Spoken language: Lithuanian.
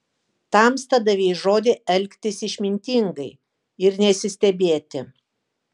tamsta davei žodį elgtis išmintingai ir nesistebėti